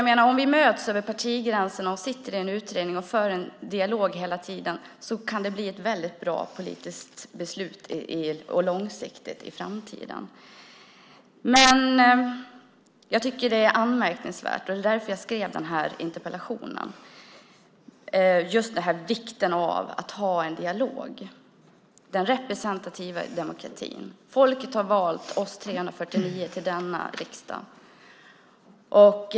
Om vi möts över partigränserna, sitter i en utredning och för en dialog, kan det bli ett bra och långsiktigt politiskt beslut för framtiden. Det är anmärkningsvärt. Jag skrev interpellationen för att ta upp frågan om vikten av att ha en dialog - den representativa demokratin. Folket har valt oss 349 ledamöter till denna riksdag.